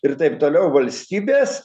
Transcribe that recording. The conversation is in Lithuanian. ir taip toliau valstybės